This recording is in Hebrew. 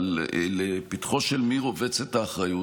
לפתחו של מי רובצת האחריות?